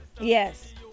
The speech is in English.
Yes